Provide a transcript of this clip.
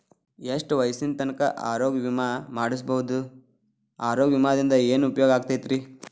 ಎಷ್ಟ ವಯಸ್ಸಿನ ತನಕ ಆರೋಗ್ಯ ವಿಮಾ ಮಾಡಸಬಹುದು ಆರೋಗ್ಯ ವಿಮಾದಿಂದ ಏನು ಉಪಯೋಗ ಆಗತೈತ್ರಿ?